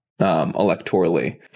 electorally